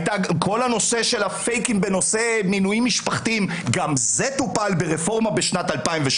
כל הנושא של הפייקים בנושא מינויים משפחתיים גם זה טופל ברפורמה ב-2018.